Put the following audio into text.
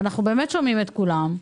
ואנחנו באמת שומעים את כולם,